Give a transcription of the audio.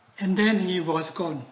and then he was gone